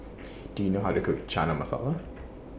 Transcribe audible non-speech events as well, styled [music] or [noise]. [noise] Do YOU know How to Cook Chana Masala